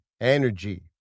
energy